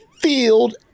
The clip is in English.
field